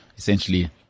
Essentially